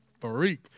freak